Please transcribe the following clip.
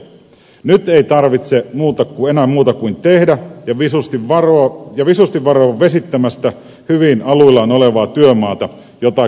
nyt ei tarvitse enää muuta kuin tehdä ja visusti varoa vesittämästä hyvin aluillaan olevaa työmaata jota kyllä riittää